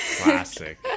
Classic